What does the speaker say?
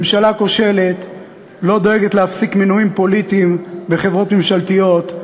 ממשלה כושלת לא דואגת להפסיק מינויים פוליטיים בחברות ממשלתיות,